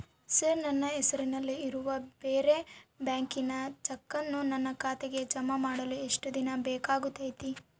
Sir ನನ್ನ ಹೆಸರಲ್ಲಿ ಇರುವ ಬೇರೆ ಬ್ಯಾಂಕಿನ ಚೆಕ್ಕನ್ನು ನನ್ನ ಖಾತೆಗೆ ಜಮಾ ಮಾಡಲು ಎಷ್ಟು ದಿನ ಬೇಕಾಗುತೈತಿ?